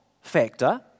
factor